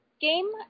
game